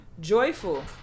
joyful